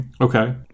Okay